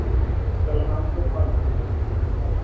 कल शाम को पाँच बजे